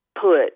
put